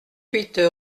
huit